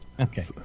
Okay